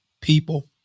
people